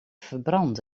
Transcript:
verbrand